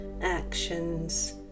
actions